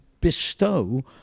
bestow